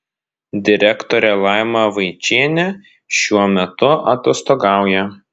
direktorė laima vaičienė šiuo metu atostogauja